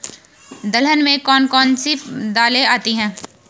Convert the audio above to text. दलहन में कौन कौन सी दालें आती हैं?